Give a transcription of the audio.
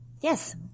Yes